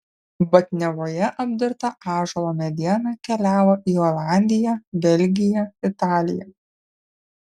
batniavoje apdirbta ąžuolo mediena keliavo į olandiją belgiją italiją